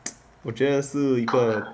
我觉得是一个